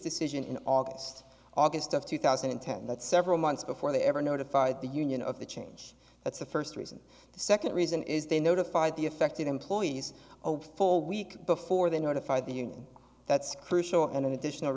decision in august august of two thousand and ten that several months before they ever notified the union of the change that's the first reason the second reason is they notified the affected employees over four week before they notified the union that's crucial and an additional